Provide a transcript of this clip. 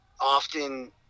often